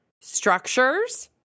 structures